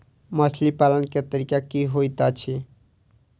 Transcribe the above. मछली पालन केँ तरीका की होइत अछि?